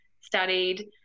studied